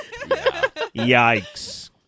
Yikes